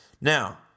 Now